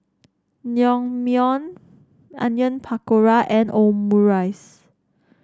Naengmyeon Onion Pakora and Omurice